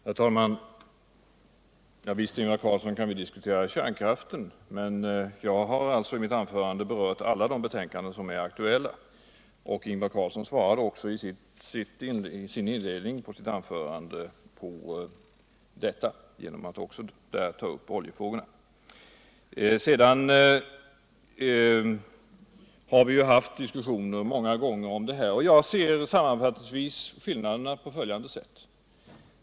Herr talman! Visst kan vi diskutera kärnkraft. Ingvar Carlsson. men jag har berört alla de betänkanden som är aktuella. Ingvar Carlsson svarade också I sitt inledningsanförande på detta genom att där ta upp oljefrågorna. Vi har ju haft diskussioner många gånger om det här, och jag ser sammanfattningsvis skillnaderna på följande sätt.